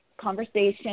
conversation